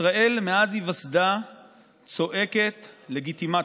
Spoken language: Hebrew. ישראל מאז היווסדה צועקת: לגיטימציה,